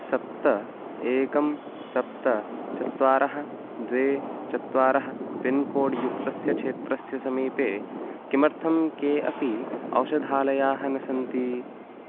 सप्त एकं सप्त चत्वारः द्वे चत्वारः पिन्कोड् युक्तस्य क्षेत्रस्य समीपे किमर्थं के अपि औषधालयाः न सन्ति